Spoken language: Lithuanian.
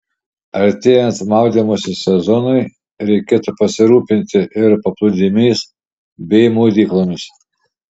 artėjant maudymosi sezonui reikėtų pasirūpinti ir paplūdimiais bei maudyklomis